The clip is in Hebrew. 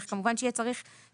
נכה מבקש לקבל רכב מסוים,